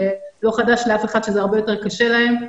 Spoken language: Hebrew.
זה לא חדש לאף אחד שזה הרבה יותר קשה להם,